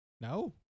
No